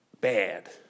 bad